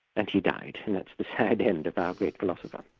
and he died. and that's the sad end of our great philosopher.